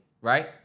right